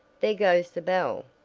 there goes the bell!